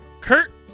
Kurt